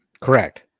Correct